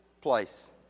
place